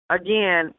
again